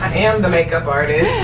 and the makeup artist.